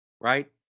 Right